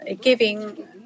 giving